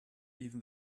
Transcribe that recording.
even